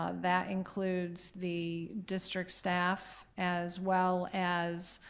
ah that includes the district staff as well as